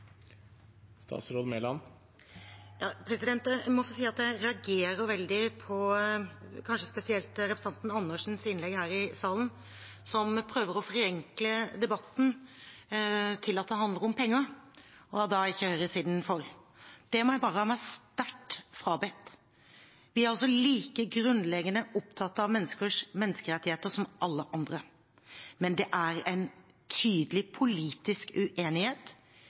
Jeg må få si at jeg reagerer veldig på innlegg – kanskje spesielt på representanten Andersens innlegg – her i salen som prøver å forenkle debatten til at det handler om pengene, og at høyresiden da ikke er for. Det må jeg bare ha meg sterkt frabedt. Vi er altså like grunnleggende opptatt av menneskerettigheter som alle andre. Men det er en tydelig politisk uenighet